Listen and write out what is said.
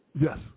Yes